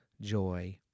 joy